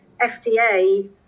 FDA